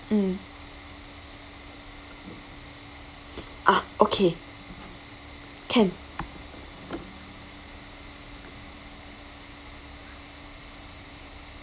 mm ah okay can